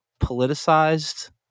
politicized